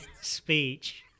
speech